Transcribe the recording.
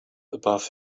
above